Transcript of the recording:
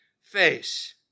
face